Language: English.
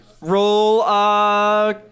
Roll